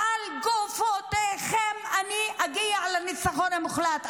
על גופותיכם אני אגיע לניצחון המוחלט.